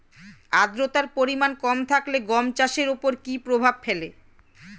আদ্রতার পরিমাণ কম থাকলে গম চাষের ওপর কী প্রভাব ফেলে?